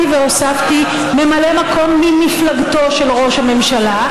והוספתי: ממלא מקום ממפלגתו של ראש הממשלה,